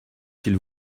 s’il